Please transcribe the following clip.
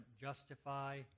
justify